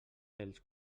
els